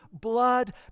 blood